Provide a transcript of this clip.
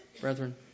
Brethren